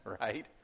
right